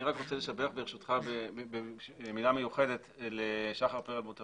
אני רוצה לשבח ולומר מילה מיוחדת לשחר פרלמוטר